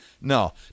no